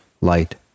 light